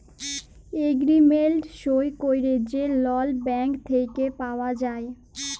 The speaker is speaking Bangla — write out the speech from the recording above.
এগ্রিমেল্ট সই ক্যইরে যে লল ব্যাংক থ্যাইকে পাউয়া যায়